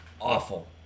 awful